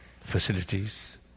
facilities